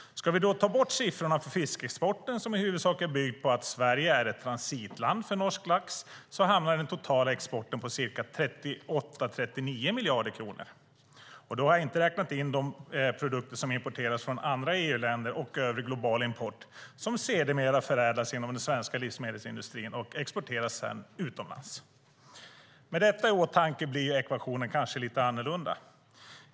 Tar vi bort siffrorna för fiskexporten, som huvudsakligen bygger på att Sverige är ett transitland för norsk lax, hamnar den totala exporten på ca 38-39 miljarder kronor. Då har jag inte räknat in de produkter som importeras från andra EU-länder eller övrig global import som sedermera förädlas inom den svenska livsmedelsindustrin och exporteras utomlands. Med detta i åtanke blir ekvationen kanske lite annorlunda.